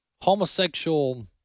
homosexual